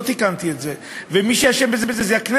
לא תיקנתי את זה ומי שאשם בזה זה הכנסת,